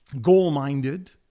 Goal-minded